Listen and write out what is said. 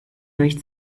durch